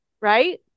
right